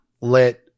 let